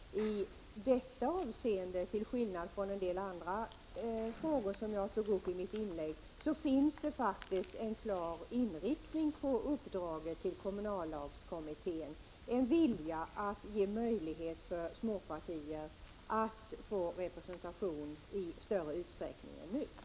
I detta avseende -— till skillnad från en del andra frågor som jag tog upp i mitt inlägg — finns en klar inriktning på uppdraget till kommunallagskommittén. Det är en vilja att ge möjlighet för småpartier att få representation i större utsträckning än nu är fallet.